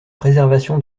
préservation